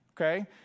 okay